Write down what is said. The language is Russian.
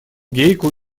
гейку